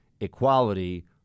equality